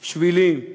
שבילים.